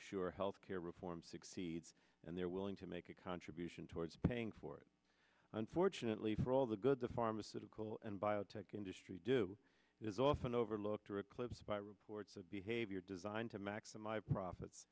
sure health care reform succeeds and they're willing to make a contribution towards paying for it unfortunately for all the good the pharmaceutical and biotech industry do is often overlooked or eclipsed by reports of behavior designed to maximize profits